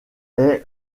est